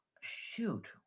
shoot